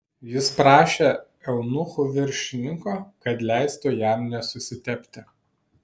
jis prašė eunuchų viršininko kad leistų jam nesusitepti